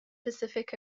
pacific